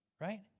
Right